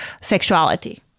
sexuality